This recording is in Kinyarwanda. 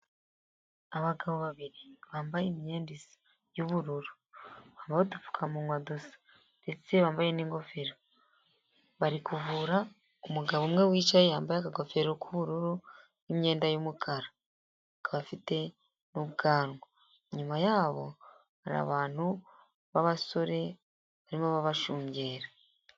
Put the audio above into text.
Abagabo babiri bambaye imyenda isa y'ubururu, bambaye udupfukamunwa dusa ndetse bambaye n'ingofero, bari kuvura umugabo umwe wicaye yambaye aka gofero k'ubururu n' imyenda y'umukara kaba afite n'ubwanwa, inyuma yabo hari abantu b'abasore barimo babashungera.